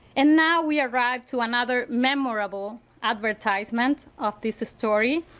and now we arrive to another memorable advertisement of this story.